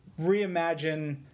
reimagine